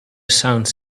sounds